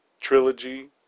trilogy